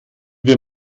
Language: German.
wir